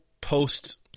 post